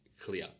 clear